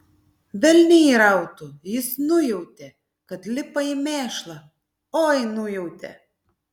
velniai rautų jis nujautė kad lipa į mėšlą oi nujautė